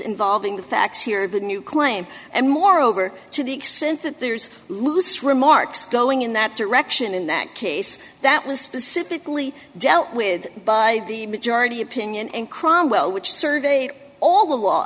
involving the facts here the new claim and moreover to the extent that there's loose remarks going in that direction in that case that was specifically dealt with by the majority opinion in cromwell which surveyed all the law